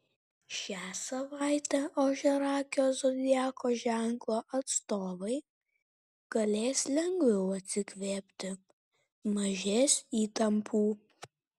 šią savaitę ožiaragio zodiako ženklo atstovai galės lengviau atsikvėpti mažės įtampų